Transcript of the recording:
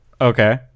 Okay